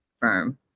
firm